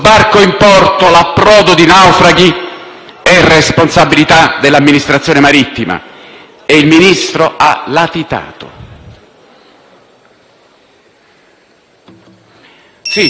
è responsabilità dell'Amministrazione marittima, e il Ministro ha latitato. Sì, c'è una paralisi infrastrutturale,